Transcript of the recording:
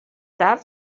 tard